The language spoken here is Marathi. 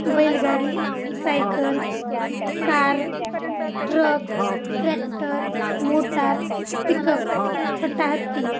बैलगाडी cycle car truck tractor motor pickup छोटा हत्ती